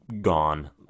gone